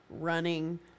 Running